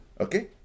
Okay